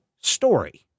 story